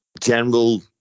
general